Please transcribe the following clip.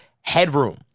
headroom